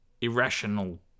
irrational